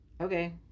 okay